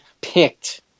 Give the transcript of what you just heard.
picked